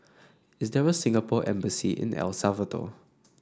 is there a Singapore Embassy in El Salvador